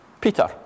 Peter